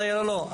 רגע, לא, לא.